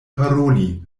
paroli